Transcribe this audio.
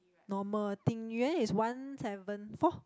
normal Ding-Yuan is one seven four